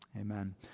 Amen